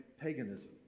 paganism